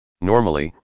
Normally